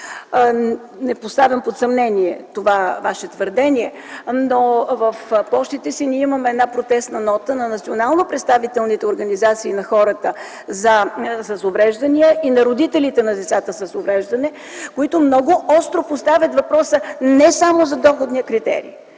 не поставям под съмнение това Ваше твърдение, но в пощите си ние имаме една протестна нота на националнопредставителните организации на хората с увреждания и на родителите на децата с увреждания, които много остро поставят въпроса не само за доходния критерий.